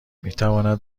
میتواند